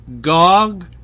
Gog